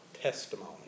testimony